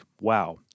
wow